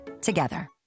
together